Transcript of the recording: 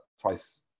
twice